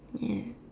yes